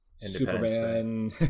Superman